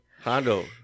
Hondo